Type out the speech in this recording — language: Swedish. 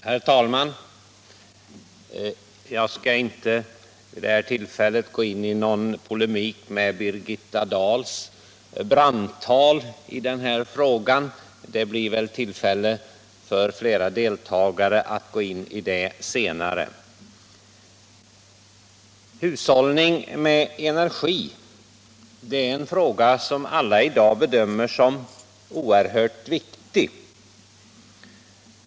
Herr talman! Jag skall vid det här tillfället inte ingå i polemik mot Birgitta Dahl med anledning av hennes brandtal. Det blir väl senare tillfälle för andra talare att göra detta. Hushållning med energi är någonting som alla i dag bedömer som oerhört viktigt.